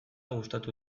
gustatu